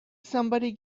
somebody